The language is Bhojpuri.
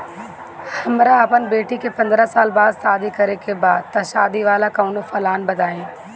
हमरा अपना बेटी के पंद्रह साल बाद शादी करे के बा त शादी वाला कऊनो प्लान बताई?